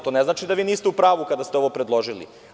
To ne znači da vi niste u pravu kada ste ovo predložili.